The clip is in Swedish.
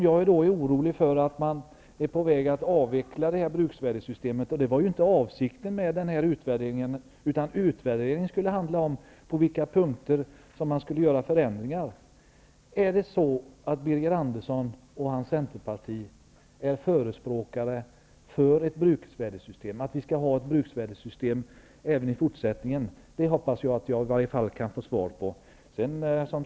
Jag är orolig för att man är på väg att avveckla bruksvärdessystemet. Det var inte avsikten med utvärderingen. Den skulle gälla på vilka punkter man skulle göra förändringar. Är Birger Andersson och hans Centerparti förespråkare för att vi skall ha ett bruksvärdessystem även i fortsättningen? Jag hoppas att jag kan få ett svar på det.